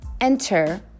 enter